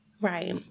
Right